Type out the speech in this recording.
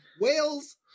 whales